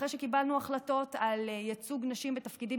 אחרי שקיבלנו החלטות על ייצוג נשים בתפקידים